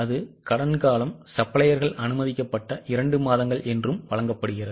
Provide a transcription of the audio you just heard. அதுகடன் காலம் சப்ளையர்கள் அனுமதிக்கப்பட்ட 2 மாதங்கள் என்றும் வழங்கப்படுகிறது